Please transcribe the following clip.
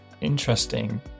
interesting